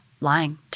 lying